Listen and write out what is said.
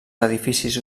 edificis